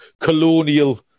colonial